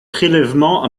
prélèvements